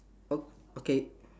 ok~ okay